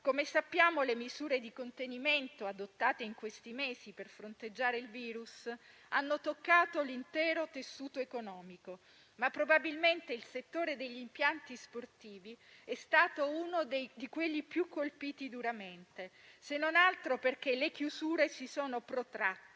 Come sappiamo, le misure di contenimento adottate in questi mesi per fronteggiare il virus hanno toccato l'intero tessuto economico, ma probabilmente il settore degli impianti sportivi è stato uno dei quelli più colpiti duramente, se non altro perché le chiusure si sono protratte